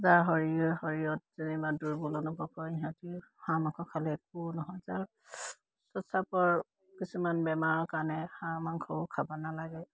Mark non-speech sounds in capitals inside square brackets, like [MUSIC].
যাৰ শৰীৰ শৰীৰত যেনিবা দুৰ্বল অনুভৱ হয় সিহঁতিও হাঁহ মাংস খালে একো নহয় যাৰ [UNINTELLIGIBLE] শৌচ প্ৰাস্ৰাৱৰ কিছুমান বেমাৰৰ কাৰণে হাঁহ মাংসও খাব নালাগে